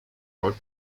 wrote